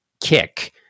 kick